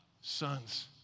Sons